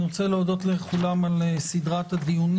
אני רוצה להודות לכולם על סדרת הדיונים.